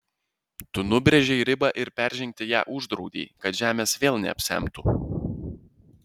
tu nubrėžei ribą ir peržengti ją uždraudei kad žemės vėl neapsemtų